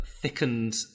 thickened